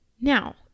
Now